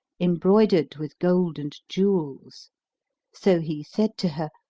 embroidered with gold and jewels so he said to her,